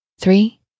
three